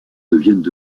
deviennent